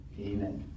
amen